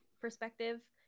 perspective